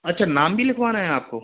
अच्छा नाम भी लिखवाना है आपको